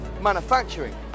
manufacturing